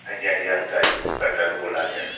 हां जी हां जी अस ड्राई फरूट कटरा तु बोला दे आं